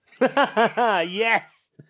Yes